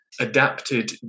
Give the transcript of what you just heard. adapted